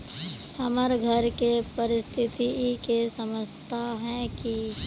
हमर घर के परिस्थिति के समझता है की?